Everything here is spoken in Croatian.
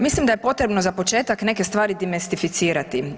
Mislim da je potrebno za početak neke stvari demistificirati.